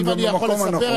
אם אני יכול לספר,